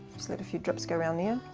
just let a few drips go around yeah